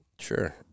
Sure